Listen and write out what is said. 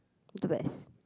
the best